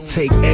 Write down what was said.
take